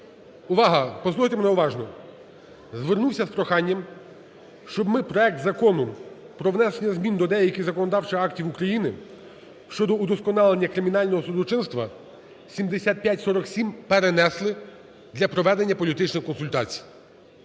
увага, послухайте мене уважно – звернувся з проханням, щоб ми проект Закону про внесення змін до деяких законодавчих актів України щодо удосконалення кримінального судочинства (7547) перенесли для проведення політичних консультацій.